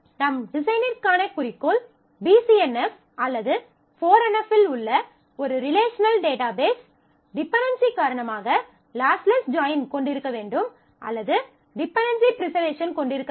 நம் டிசைனிற்கான குறிக்கோள் BCNF அல்லது 4NF இல் உள்ள ஒரு ரிலேஷனல் டேட்டாபேஸ் டிபென்டென்சி காரணமாக லாஸ்லெஸ் ஜாயின் கொண்டிருக்க வேண்டும் அல்லது டிபென்டென்சி ப்ரிசர்வேஷன் கொண்டிருக்க வேண்டும்